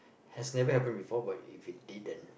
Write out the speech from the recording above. has never happen before but if we didn't